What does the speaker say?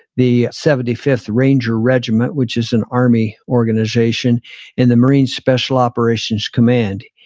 the seventy fifth ranger regiment, which is an army organization in the marine special operations command.